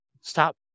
Stop